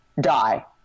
die